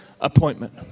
appointment